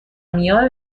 میان